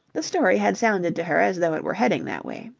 the story had sounded to her as though it were heading that way.